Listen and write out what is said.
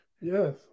Yes